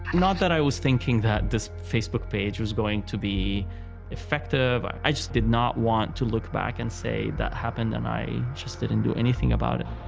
not that i was thinking that this facebook page was going to be effective. i i just did not want to look back and say that happened and i just didn't do anything about it.